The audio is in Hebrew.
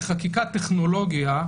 בחקיקת טכנולוגיה,